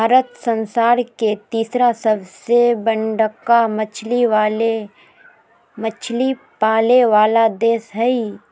भारत संसार के तिसरा सबसे बडका मछली पाले वाला देश हइ